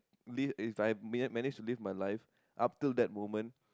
live if I manage to live my life up till that moment